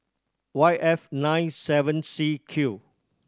Y F nine seven C Q